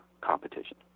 competition